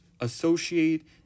associate